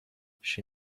she